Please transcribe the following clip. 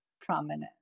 prominent